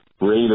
rate